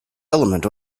element